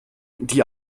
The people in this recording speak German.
die